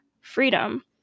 Freedom